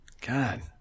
God